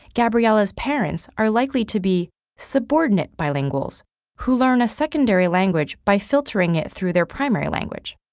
gabriella's parents are likely to be subordinate bilinguals who learn a secondary language by filtering it through their primary language.